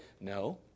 no